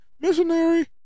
Missionary